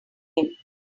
him